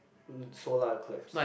solar eclipse